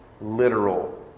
Literal